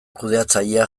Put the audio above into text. kudeatzailea